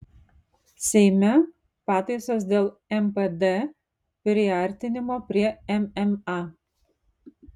seime pataisos dėl npd priartinimo prie mma